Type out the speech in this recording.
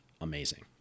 amazing